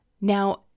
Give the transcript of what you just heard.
Now